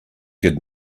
could